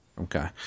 Okay